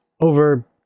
over